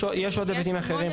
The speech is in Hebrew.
יש עוד היבטים אחרים,